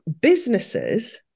businesses